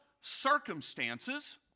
circumstances